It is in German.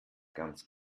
ganz